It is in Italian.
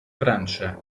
francia